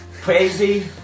Crazy